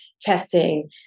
testing